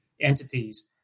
entities